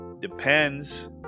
depends